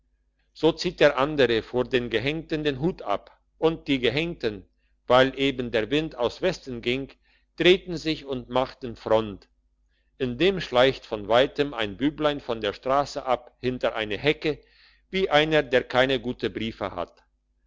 so zieht der andere vor den gehenkten den hut ab und die gehenkten weil eben der wind aus westen ging drehten sich und machten front indem schleicht von weitem ein büblein von der strasse ab hinter eine hecke wie einer der keine guten briefe hat